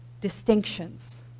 distinctions